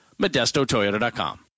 modestotoyota.com